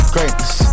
Greatness